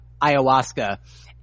ayahuasca